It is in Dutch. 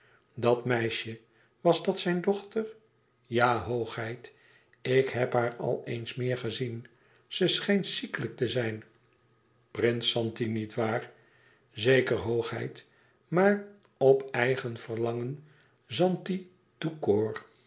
dat meisje was dat zijn dochter ja hoogheid ik heb haar al eens meer gezien ze schijnt ziekelijk te zijn prins zanti niet waar zeker hoogheid maar op eigen verlangen zanti